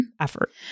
effort